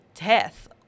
death